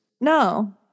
No